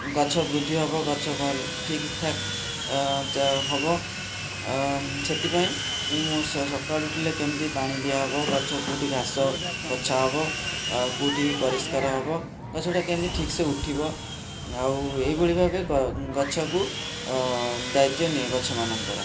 ଗଛ ବୃଦ୍ଧି ହେବ ଗଛ ଠିକ୍ଠାକ୍ ଚା ହେବ ସେଥିପାଇଁ ମୁଁ ସକାଳୁ ଉଠିଲେ କେମିତି ପାଣି ଦିଆହେବ ଗଛ କେଉଁଠି ଘାସ କେଉଁଠି ବଛା ହେବ କେଉଁଠି ପରିଷ୍କାର ହେବ ଗଛ ଟା କେମିତି ଠିକ୍ସେ ଉଠିବ ଆଉ ଏହି ଭଳି ଭାବେ ଗଛକୁ ଦାୟିତ୍ୱ ନିଏ ଗଛମାନଙ୍କର